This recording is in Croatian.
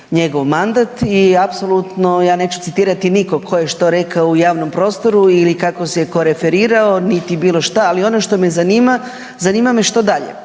njegov mandat i apsolutno ja neću citirati nikog tko je što rekao u javnom prostoru ili kako se je tko referirao niti bilo šta, ali ono što me zanima, zanima me što dalje.